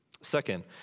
Second